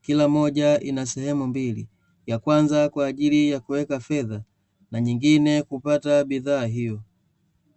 kila moja ina sehemu mbili, ya kwanza kwa ajili ya kuweka fedha na nyingine kupata bidhaa hiyo.